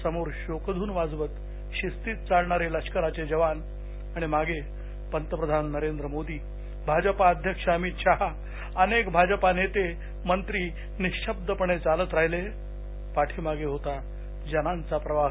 समोर शोकधून वाजवत शिस्तीत चालणारे लष्कराचे जवानआणि मागे पंतप्रधान नरेंद्र मोदी भाजपा अध्यक्ष अमीत शहा अनेक भाजपा नेते मंत्री निःशब्दपणे चालत राहिले पाठीमागे होता जनांचा प्रवाह